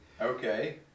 Okay